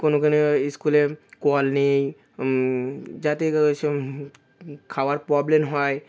কোনো কোনো স্কুলে কল নেই যাতে খাওয়ার প্রবলেম হয়